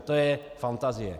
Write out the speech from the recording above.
To je fantazie.